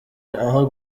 aho